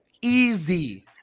easy